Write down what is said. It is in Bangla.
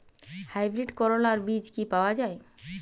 হাইব্রিড করলার বীজ কি পাওয়া যায়?